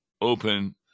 open